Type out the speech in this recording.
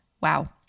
Wow